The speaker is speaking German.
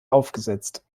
aufgesetzt